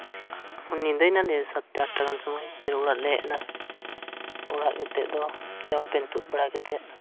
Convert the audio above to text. ᱧᱤᱫᱟᱹᱭᱮᱱᱟᱞᱮ ᱮᱭᱟᱭ ᱟᱨᱮ ᱵᱟᱡᱟᱜ ᱚᱠᱛᱚ ᱯᱷᱮᱨ ᱚᱲᱟᱜ ᱞᱮ ᱦᱮᱡ ᱮᱱᱟ ᱚᱲᱟᱜ ᱦᱮᱡᱠᱟᱛᱮᱜ ᱫᱚ ᱟᱸᱝᱨᱚᱯ ᱯᱮᱱᱴ ᱛᱩᱫ ᱵᱟᱲᱟ ᱠᱟᱛᱮᱫ